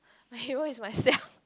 my hero is myself